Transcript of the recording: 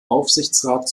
aufsichtsrat